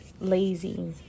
lazy